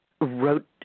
wrote